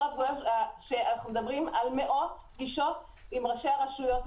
אנחנו מדברים על מאות פגישות עם ראשי הרשויות.